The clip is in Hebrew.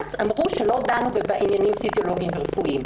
בבג"ץ אמרו שלא דנו בעניינים פיזיולוגיים ורפואיים.